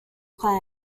klan